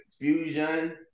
fusion